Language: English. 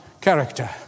character